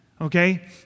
Okay